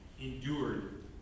endured